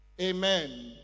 Amen